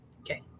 okay